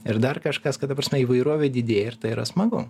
ir dar kažkas kad ta prasme įvairovė didėja ir tai yra smagu